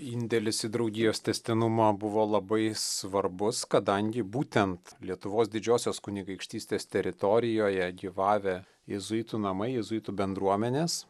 indėlis į draugijos tęstinumą buvo labai svarbus kadangi būtent lietuvos didžiosios kunigaikštystės teritorijoje gyvavę jėzuitų namai jėzuitų bendruomenės